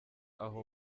aho